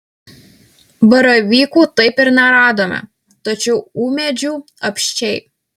baravykų taip ir neradome tačiau ūmėdžių apsčiai